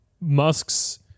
Musk's